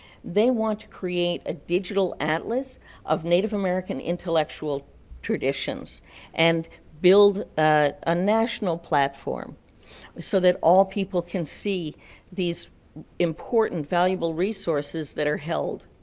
they want to create a digital atlas of native american intellectual traditions and build ah a national platform so that all people could see these important valuable resources that are held,